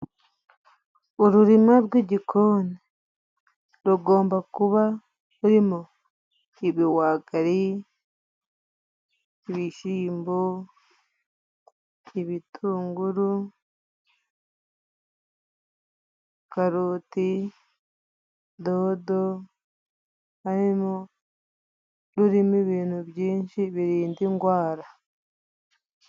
Ururima rw'igikoni rugomba kuba rurimo ibihwagari, ibishyimbo, ibitunguru, karoti, dodo, rurimo ibintu byinshi birinda ingwara.